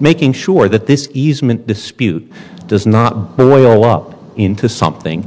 making sure that this easement dispute does not into something